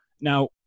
now